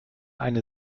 eine